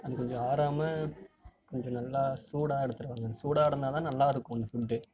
அது கொஞ்சம் ஆறாமல் கொஞ்சம் நல்லா சூடாக எடுத்துகிட்டு வாங்க சூடாக இருந்தால் தான் நல்லா இருக்கும் அந்த ஃபுட்டு